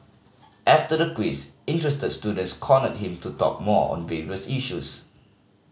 after the quiz interested students cornered him to talk more on various issues